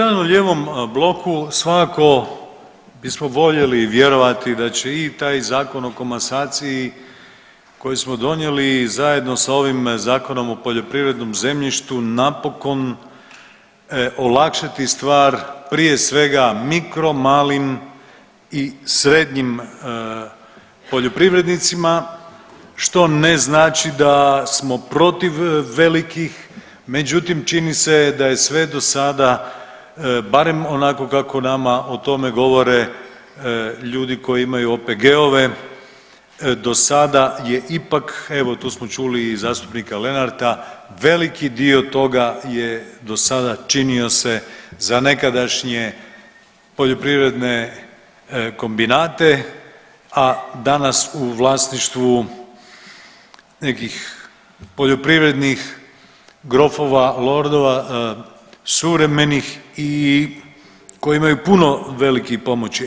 U zeleno-lijevom bloku svakako bismo voljeli vjerovati da će i taj Zakon o komasaciji koji smo donijeli zajedno sa ovim Zakonom o poljoprivrednom zemljištu napokon olakšati stvar prije svega mikro, malim i srednjim poljoprivrednicima što ne znači da smo protiv velikih međutim čini se da je sve dosada barem onako kako nama o tome govore ljudi koji imaju OPG-ove do sada je ipak, evo tu smo čuli i zastupnika Lenarta, veliki dio toga je do sada činio se za nekadašnje poljoprivredne kombinate, a danas u vlasništvu nekih poljoprivrednih grofova, lordova suvremenih i koji imaju puno velikih pomoći.